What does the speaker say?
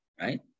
Right